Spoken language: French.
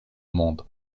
monde